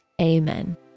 Amen